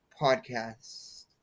podcast